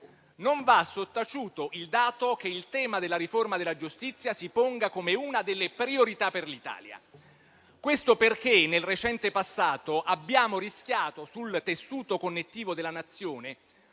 non va sottaciuto il dato che il tema della riforma della giustizia si ponga come una delle priorità per l'Italia. Questo perché, nel recente passato, abbiamo rischiato, sul tessuto connettivo della Nazione,